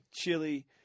chili